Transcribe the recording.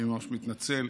אני ממש מתנצל,